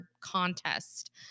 contest